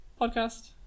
podcast